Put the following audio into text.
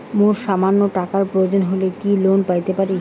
মোর সামান্য টাকার প্রয়োজন হইলে কি লোন পাইতে পারি?